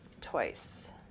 twice